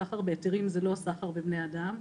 סחר בהיתרים זה לא סחר בבני אדם,